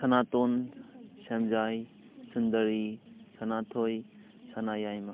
Sanaton Shyamjai Sundari Sanathoi Sanayaima